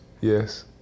yes